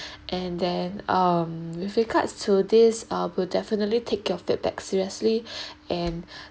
and then um with regards to this uh we'll definitely take your feedback seriously and